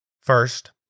First